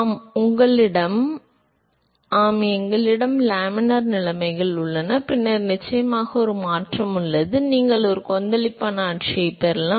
ஆம் எங்களிடம் லேமினார் நிலைமைகள் உள்ளன பின்னர் நிச்சயமாக ஒரு மாற்றம் உள்ளது பின்னர் நீங்கள் ஒரு கொந்தளிப்பான ஆட்சியைப் பெறலாம்